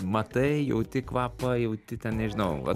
matai jauti kvapą jauti ten nežinau